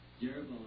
Jeroboam